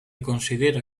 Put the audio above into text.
considera